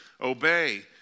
obey